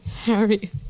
Harry